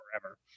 forever